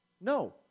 No